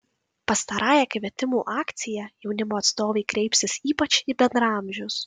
pastarąja kvietimų akcija jaunimo atstovai kreipsis ypač į bendraamžius